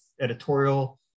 editorial